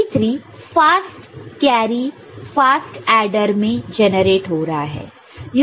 C3 first carry fast adder में generate हो रहा है